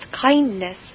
kindness